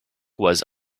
was